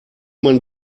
man